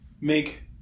make